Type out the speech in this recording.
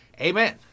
amen